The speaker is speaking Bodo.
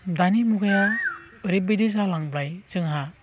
दानि मुगायाव ओरैबायदि जालांबाय जोंहा